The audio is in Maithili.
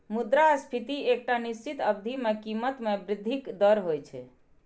मुद्रास्फीति एकटा निश्चित अवधि मे कीमत मे वृद्धिक दर होइ छै